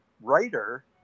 writer